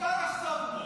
לא שמעתי.